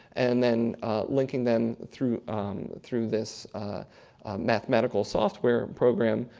and then linking them through through this mathematical software program,